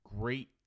Great